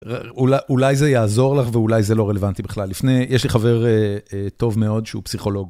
אולי זה יעזור לך ואולי זה לא רלוונטי בכלל. לפני, יש לי חבר טוב מאוד שהוא פסיכולוג.